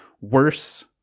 worse